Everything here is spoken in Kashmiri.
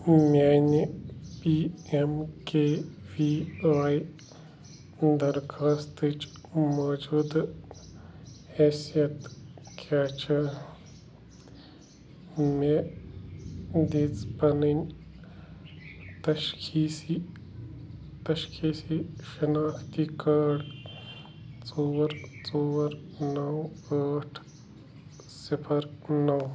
میٛانہِ P M K V Y درخواستٕچ موجوٗدٕ حیثیت کیٛاہ چھےٚ مےٚ دِژ پَنٕنۍ تشخیٖصی تشخیٖصی شناختی کارڈ ژور ژور نَو ٲٹھ صِفَر نَو